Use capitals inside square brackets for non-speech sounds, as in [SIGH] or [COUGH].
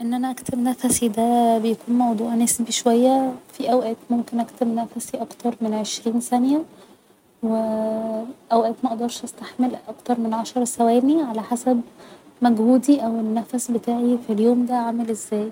أن أنا أكتم نفسي ده بيكون موضوع نسبي شوية في أوقات ممكن اكتم نفسي اكتر من عشرين ثانية [HESITATION] أوقات مقدرش استحمل اكتر من عشر ثواني على حسب مجهودي او النفس بتاعي في اليوم ده عامل ازاي